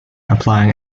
applying